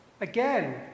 Again